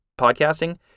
podcasting